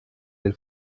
del